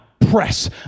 press